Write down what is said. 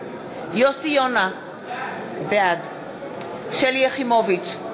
יוסי יונה, בעד שלי יחימוביץ,